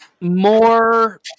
more